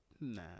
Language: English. Nah